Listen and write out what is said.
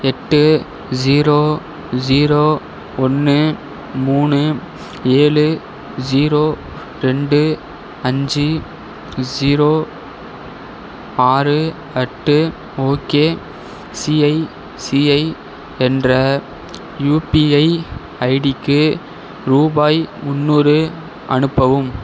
எட்டு zero zero ஒன்று மூணு ஏழு ஸீரோ ரெண்டு அஞ்சு ஸீரோ ஆறு அட்டு ஓகேசிஐசிஐ என்ற யுபிஐ ஐடிக்கு ரூபாய் முந்நூறு அனுப்பவும்